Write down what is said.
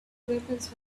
weapons